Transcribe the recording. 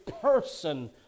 person